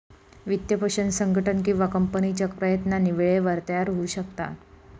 वित्तपोषण संघटन किंवा कंपनीच्या प्रयत्नांनी वेळेवर तयार होऊ शकता